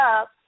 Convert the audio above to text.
up